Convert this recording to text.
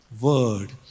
word